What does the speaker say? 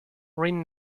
ring